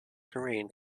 terrain